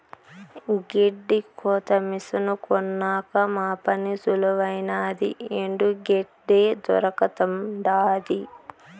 గెడ్డి కోత మిసను కొన్నాక మా పని సులువైనాది ఎండు గెడ్డే దొరకతండాది